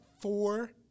four